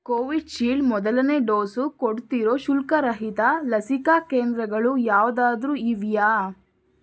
Covishield ಮೊದಲನೇ dose ಕೊಡ್ತಿರೋ ಶುಲ್ಕರಹಿತ ಲಸಿಕಾ ಕೇಂದ್ರಗಳು ಯಾವುದಾದ್ರೂ ಇವೆಯಾ